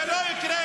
זה לא יקרה.